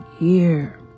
year